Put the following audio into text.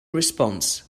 response